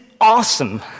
awesome